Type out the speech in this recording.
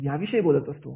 याविषयी बोलत असतो